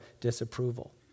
disapproval